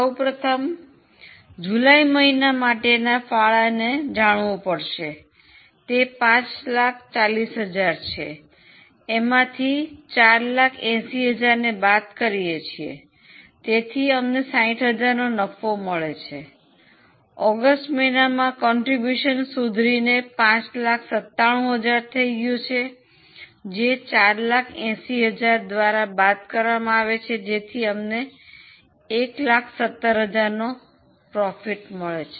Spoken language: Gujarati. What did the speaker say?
સૌ પ્રથમ જુલાઈ મહિના માટેના ફાળોને જાણવું જોઇએ તે 540000 છે એમાંથી 480000 ને બાદ કરીએ છીએ તેથી અમને 60000 નો નફો મળે છે ઓગસ્ટ મહિનામાં ફાળો સુધરીને 597000 થઈ ગયો છે જે 480000 દ્વારા બાદ કરવામાં આવે છે જેથી અમને 117000 નો નફો મળે છે